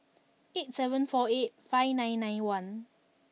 eight seven four eight five nine nine one